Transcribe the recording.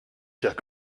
chers